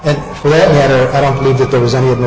and i don't believe that there was any of th